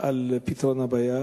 על פתרון הבעיה.